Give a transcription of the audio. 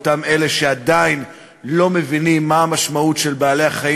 במאבק באותם אלה שעדיין לא מבינים מה המשמעות של בעלי-החיים